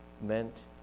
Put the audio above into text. meant